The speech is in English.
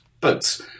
boats